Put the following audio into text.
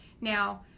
Now